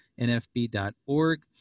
nfb.org